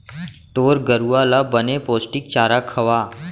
तोर गरूवा ल बने पोस्टिक चारा खवा